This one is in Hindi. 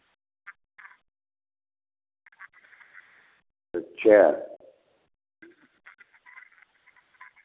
क्या